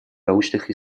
научных